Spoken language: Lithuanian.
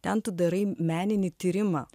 ten tu darai meninį tyrimą